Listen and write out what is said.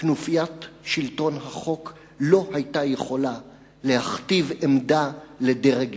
כנופיית שלטון החוק לא היתה יכולה להכתיב עמדה לדרג נבחר.